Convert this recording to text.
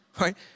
right